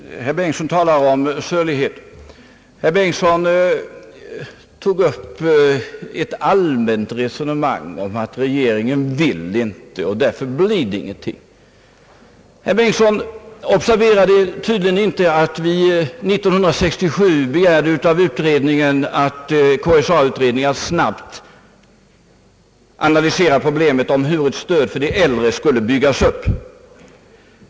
Herr talman! Herr Bengtson talar om sölighet. Han tog upp ett allmänt resonemang om att regeringen inte vill någonting, och därför blir det ingenting. Han observerade tydligen inte att vi år 1967 begärde av KSA-utredningen att snabbt analysera problemet om hur ett stöd för de äldre skulle byggas upp.